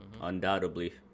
Undoubtedly